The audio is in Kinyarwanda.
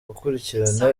gukurikirana